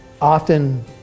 Often